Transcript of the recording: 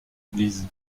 église